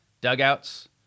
dugouts